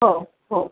हो हो